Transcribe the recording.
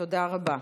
תודה רבה.